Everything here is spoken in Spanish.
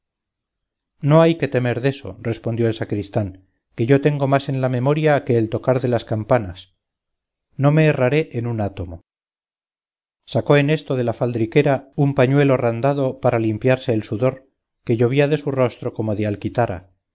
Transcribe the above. no hay que temer deso respondió el sacristán que lo tengo más en la memoria que el tocar de las campanas no me erraré en un átomo sacó en esto de la faldriquera un pañuelo randado para limpiarse el sudor que llovía de su rostro como de alquitara